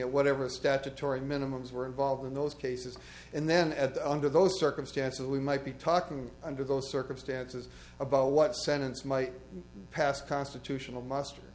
at whatever statutory minimum is were involved in those cases and then at the under those circumstances we might be talking under those circumstances about what sentence might pass constitutional muster